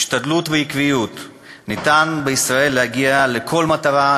השתדלות ועקביות ניתן בישראל להגיע לכל מטרה,